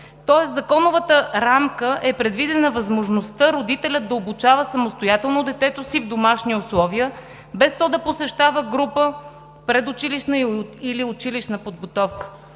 Тоест в законовата рамка е предвидена възможността родителят да обучава самостоятелно детето си в домашни условия без то да посещава група в предучилищна или училищна подготовка.